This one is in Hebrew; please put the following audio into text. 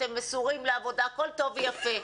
אתם מסורים לעבודה, הכול טוב ויפה.